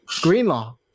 Greenlaw